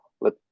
let